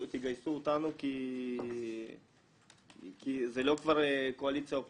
תגייסו אותנו כי זה כבר לא קואליציה-אופוזיציה,